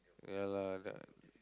ya lah